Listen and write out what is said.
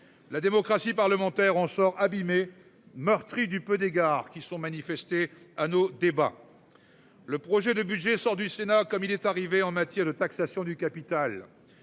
La démocratie parlementaire on sort abîmée meurtrie du peu d'égards, qui sont manifestés à nos débats. Le projet de budget sort du Sénat comme il est arrivé en matière de taxation du capital.--